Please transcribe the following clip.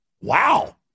Wow